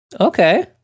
Okay